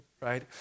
right